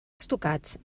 estucats